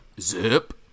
Zip